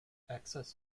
access